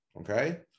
Okay